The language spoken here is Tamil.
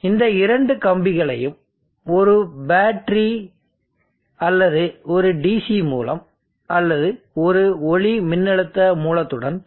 எனவே இந்த இரண்டு கம்பிகளையும் ஒரு பேட்டரி அல்லது ஒரு DC மூலம் அல்லது ஒளிமின்னழுத்த மூலத்துடன்